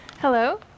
Hello